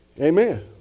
Amen